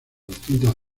distintas